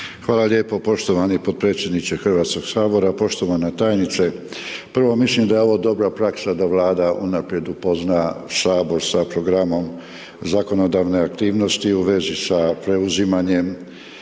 Hvala lijepo poštovani podpredsjedniče Hrvatskog sabora, poštovana tajnice, prvo mislim da je ovo dobra praksa da Vlada unaprijed upozna sabor sa programom zakonodavne aktivnosti u vezi sa preuzimanjem